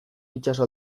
itsaso